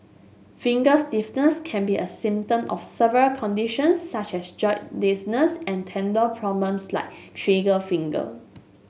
finger stiffness can be a symptom of several conditions such as joint and tendon problems like trigger finger